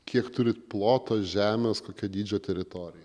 kiek turit plotą žemės kokio dydžio teritorija